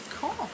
Cool